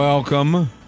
Welcome